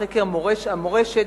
בחקר המורשת,